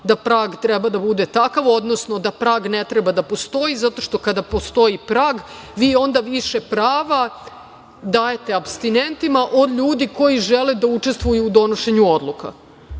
da prag treba da bude takav, odnosno da prag ne treba da postoji, zato što kada postoji prag vi onda više prava dajete apstinentima od ljudi koji žele da učestvuju u donošenju odluka. Tako